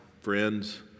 friends